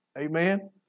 Amen